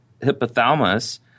hypothalamus